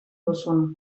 duzun